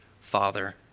father